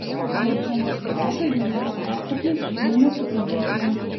hemochromatozė geležies pertekliaus kūne sukelta liga